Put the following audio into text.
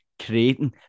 creating